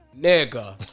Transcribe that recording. nigga